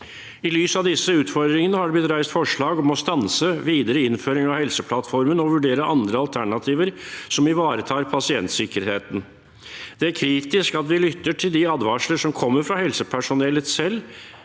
I lys av disse utfordringene har det blitt reist forslag om å stanse videre innføring av Helseplattformen og vurdere andre alternativer som ivaretar pasientsikkerheten. Det er kritisk at vi lytter til de advarsler som kommer fra helsepersonellet selv.